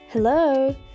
Hello